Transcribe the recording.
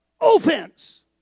offense